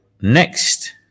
next